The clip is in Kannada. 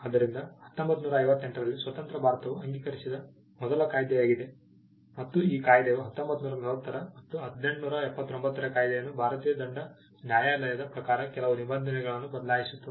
ಆದ್ದರಿಂದ 1958 ರಲ್ಲಿ ಸ್ವತಂತ್ರ ಭಾರತವು ಅಂಗೀಕರಿಸಿದ ಮೊದಲ ಕಾಯ್ದೆಯಾಗಿದೆ ಮತ್ತು ಈ ಕಾಯ್ದೆಯು 1940 ರ ಮತ್ತು 1889 ರ ಕಾಯ್ದೆಯನ್ನು ಭಾರತೀಯ ದಂಡ ನ್ಯಾಯಾಲಯದ ಪ್ರಕಾರ ಕೆಲವು ನಿಬಂಧನೆಗಳನ್ನು ಬದಲಾಯಿಸಿತು